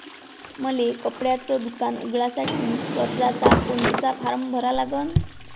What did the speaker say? मले कपड्याच दुकान उघडासाठी कर्जाचा कोनचा फारम भरा लागन?